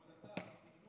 אדוני.